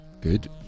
good